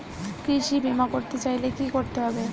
কৃষি বিমা করতে চাইলে কি করতে হবে?